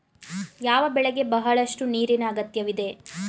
ಯಾವ ಬೆಳೆಗೆ ಬಹಳಷ್ಟು ನೀರಿನ ಅಗತ್ಯವಿದೆ?